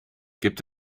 gibt